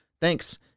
Thanks